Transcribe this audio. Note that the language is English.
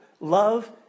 love